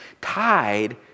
tied